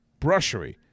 Brushery